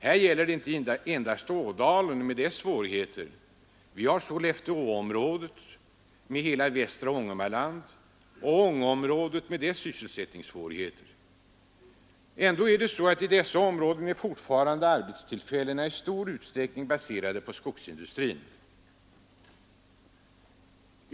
Här gäller det inte endast Ådalen med dess svårigheter. Vi har Sollefteområdet med hela västra Ångermanland, och Ångeområdet med dess sysselsättningssvårigheter. I dessa områden är fortfarande arbetstillfällena i stor utsträckning baserade på skogsindustrin.